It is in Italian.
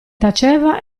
taceva